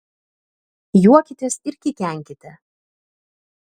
juokitės ir kikenkite